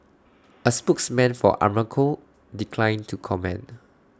A spokesman for Aramco declined to comment